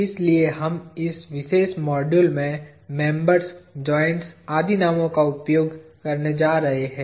इसलिए हम इस विशेष मॉड्यूल में मेंबर्स जॉइंट्स आदि नामो का उपयोग करने जा रहे हैं